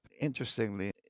interestingly